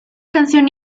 canción